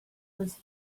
was